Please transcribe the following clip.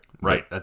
Right